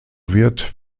wird